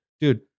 Dude